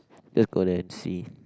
just go there and see